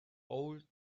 old